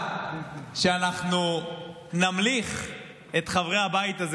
לעובדה שאנחנו נמליך את חברי הבית הזה